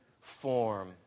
form